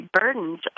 burdens